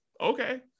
Okay